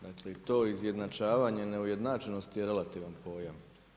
Dakle i to izjednačavanje neujednačenosti je relativan pojam.